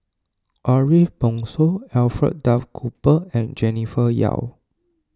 Ariff Bongso Alfred Duff Cooper and Jennifer Yeo